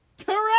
Correct